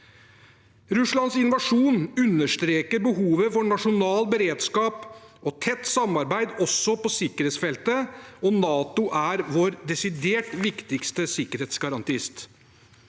Russlands invasjon understreker behovet for nasjonal beredskap og tett samarbeid også på sikkerhetsfeltet, og NATO er vår desidert viktigste sikkerhetsgarantist.